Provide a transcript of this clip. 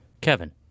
Kevin